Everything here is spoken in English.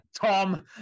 tom